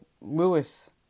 Lewis